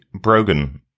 Brogan